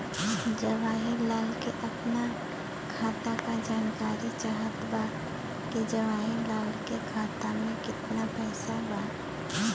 जवाहिर लाल के अपना खाता का जानकारी चाहत बा की जवाहिर लाल के खाता में कितना पैसा बा?